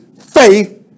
faith